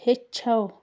ہیٚچھو